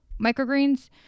microgreens